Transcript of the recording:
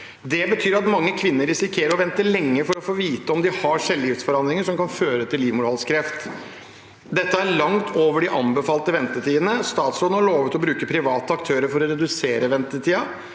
Det betyr at mange kvinner risikerer å vente lenge for å få vite om de har celleforandringer som kan føre til livmorhalskreft. Dette er langt over anbefalte ventetider. Statsråden har lovet å bruke private aktører for å redusere ventetidene,